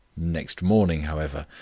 next morning, however,